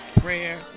prayer